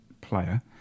player